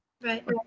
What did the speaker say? Right